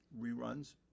reruns